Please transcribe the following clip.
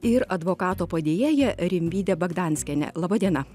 ir advokato padėjėja rimvyde bagdanskiene laba diena